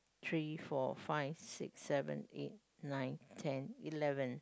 three four five six seven eight nine ten eleven